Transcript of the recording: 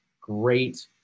great